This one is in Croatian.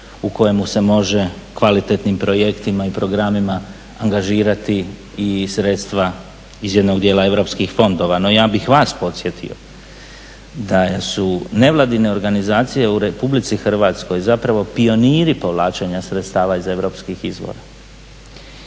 u kojemu se može kvalitetnim projektima i programima angažirati i sredstva iz jednog dijela europskih fondova. No ja bih vas podsjetio da su nevladine organizacije u RH pioniri povlačenja sredstava iz europskih izvora.